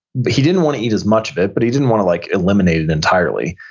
but he didn't want to eat as much of it, but he didn't want to like eliminate it entirely.